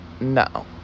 No